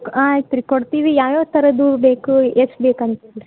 ಆಯ್ತು ರೀ ಕೊಡ್ತೀವಿ ಯಾವ ಯಾವ ಥರದ ಹೂ ಬೇಕು ಎಷ್ಟು ಬೇಕಂತ ಹೇಳ್ರಿ